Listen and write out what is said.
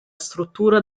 struttura